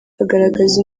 agaragaza